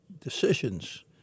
decisions